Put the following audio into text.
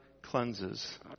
cleanses